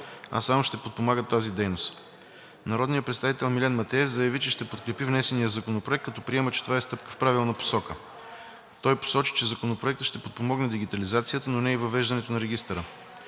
а само ще подпомагат тази дейност. Народният представител Милен Матеев заяви, че ще подкрепи внесения Законопроект, като приема, че това е стъпка в правилната посока. Той посочи, че Законопроектът ще подпомогне дигитализацията, но не и въвеждането на регистъра.